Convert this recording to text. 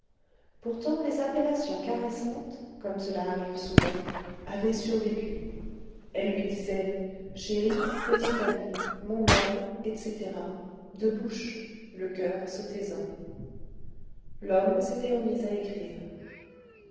pourtant les appellations caressantes comme cela arrive souvent avaient survécu elle lui disait chéri petit ami mon homme etc de bouche le coeur se taisant l'homme s'était remis à écrire